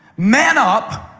man up.